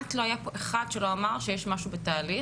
כמעט לא היה פה אחד שלא אמר שיש משהו בתהליך.